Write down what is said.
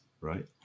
right